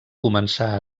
començà